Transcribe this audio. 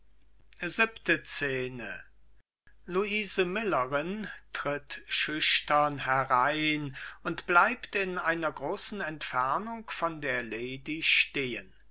siebente scene luise millerin tritt schüchtern herein und bleibt in einer großen entfernung von der lady stehen